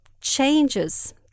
changes